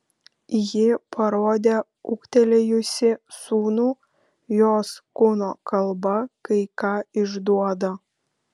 ji parodė ūgtelėjusį sūnų jos kūno kalba kai ką išduoda